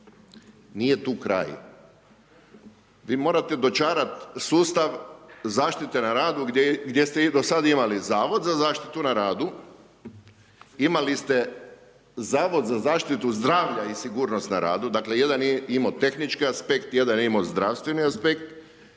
nije tu kraj. Vi morate dočarati sustav zaštite na radu gdje ste i do sada imali Zavod za zaštitu na radu, imali ste Zavod za zaštitu zdravlja i sigurnost na radu. Dakle, jedan je imao tehnički aspekt, jedan je imao zdravstveni aspekt